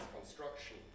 construction